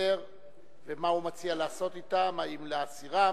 לסדר-היום ומה הוא מציע לעשות אתן, האם להסירן,